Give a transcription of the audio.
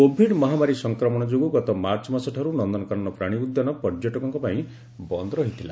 Covid ମହାମାରୀ ସଂକ୍ରମଣ ଯୋଗୁଁ ଗତ ମାର୍ଚ୍ଚ ମାସଠାର୍ ନନ୍ଦନକାନନ ପ୍ରାଶୀ ଉଦ୍ୟାନ ପର୍ଯ୍ୟଟକଙ୍କ ପାଇଁ ବନ୍ଦ୍ ରହିଥିଲା